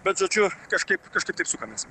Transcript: bet žodžiu kažkaip kažkaip taip sukamės